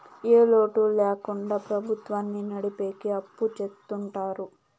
ఏ లోటు ల్యాకుండా ప్రభుత్వాన్ని నడిపెకి అప్పు చెత్తుంటారు